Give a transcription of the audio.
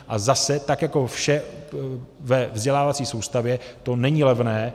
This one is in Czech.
A zase tak jako vše ve vzdělávací soustavě to není levné.